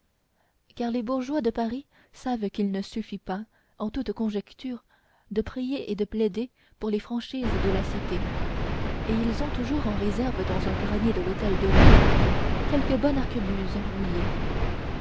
car les bourgeois de paris savent qu'il ne suffit pas en toute conjoncture de prier et de plaider pour les franchises de la cité et ils ont toujours en réserve dans un grenier de l'hôtel de ville quelque bonne arquebuse rouillée